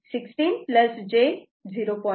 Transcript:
6 j 0